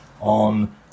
on